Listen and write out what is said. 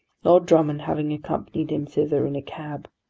lord drummond having accompanied him thither in a cab.